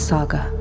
Saga